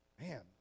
Man